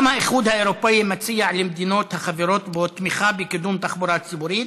גם האיחוד האירופי מציע למדינות החברות בו תמיכה בקידום תחבורה ציבורית